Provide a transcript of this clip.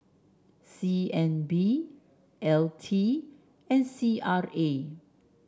C N B L T and C R A